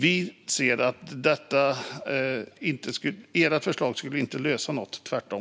Vi ser att ert förslag inte skulle lösa något, tvärtom.